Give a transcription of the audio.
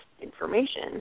information